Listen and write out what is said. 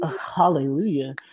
hallelujah